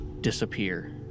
disappear